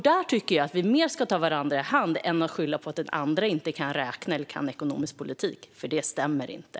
Där tycker jag att vi ska ta varandra i hand, snarare än att skylla på att den andra inte kan räkna eller inte kan ekonomisk politik, för det stämmer inte.